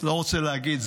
לא רוצה להגיד,